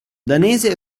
danese